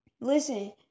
Listen